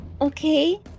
Okay